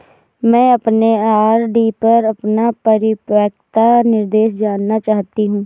मैं अपने आर.डी पर अपना परिपक्वता निर्देश जानना चाहती हूँ